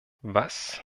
was